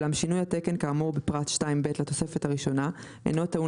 ואולם שינוי התקן כאמור בפרט 2(ב) לתוספת הראשונה אינו טעון